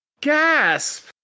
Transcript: Gasp